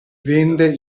vende